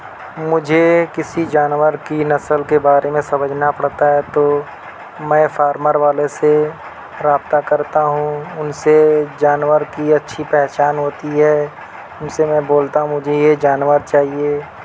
مجھے کسی جانور کی نسل کے بارے میں سمجھنا پڑتا ہے تو میں فارمر والے سے رابطہ کرتا ہوں ان سے جانور کی اچھی پہچان ہوتی ہے ان سے میں بولتا ہوں مجھے یہ جانور چاہیے